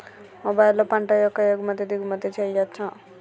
మొబైల్లో పంట యొక్క ఎగుమతి దిగుమతి చెయ్యచ్చా?